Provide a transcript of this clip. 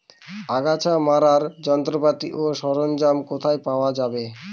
আগাছা মারার যন্ত্রপাতি ও সরঞ্জাম কোথায় পাওয়া যাবে?